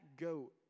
goat